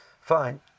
fine